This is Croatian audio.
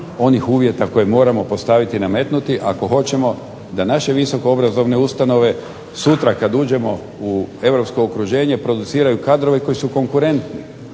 onih uvjeta koje moramo postaviti i nametnuti ako hoćemo da naše visokoobrazovne ustanove sutra kada uđemo u Europsko okruženje produciraju kadrove koji su konkurentni.